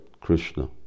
Krishna